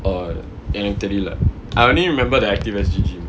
oh எனக்கு தெரயில:enakku theriyila lah I only remember the Active S_G gym